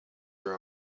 are